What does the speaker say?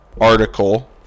article